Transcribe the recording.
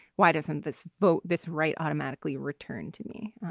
why doesn't this vote this right automatically return to me?